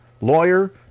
lawyer